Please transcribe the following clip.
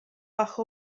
bach